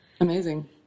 amazing